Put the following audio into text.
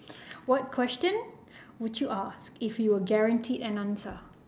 what question would you ask if you were guaranteed an answer